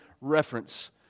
reference